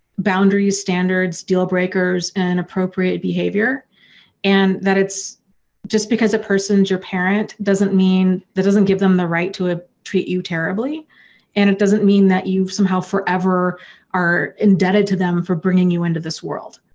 boundaries, standards, deal breakers and appropriate behavior and that it's just because a person's your parent doesn't mean. that doesn't give them the right to ah treat you terribly and it doesn't mean that you somehow forever are indebted to them for bringing you into this world.